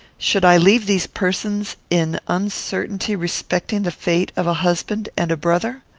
should i leave these persons in uncertainty respecting the fate of a husband and a brother?